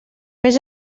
vés